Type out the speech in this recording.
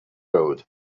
road